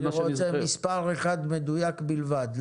אני רוצה מספר אחד מדויק בלבד.